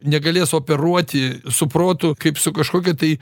negalės operuoti su protu kaip su kažkokia tai